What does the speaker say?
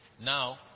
Now